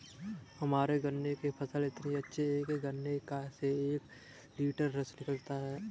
हमारे गन्ने के फसल इतने अच्छे हैं कि एक गन्ने से एक लिटर रस निकालता है